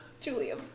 Julia